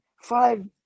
five